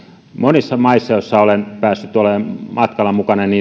monissa maissa joissa olen päässyt olemaan matkalla mukana